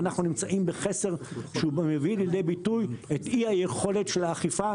ואנחנו נמצאים בחסר שמביא לידי ביטוי את אי היכולת של האכיפה,